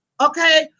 Okay